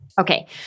Okay